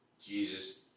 Jesus